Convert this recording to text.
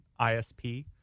ISP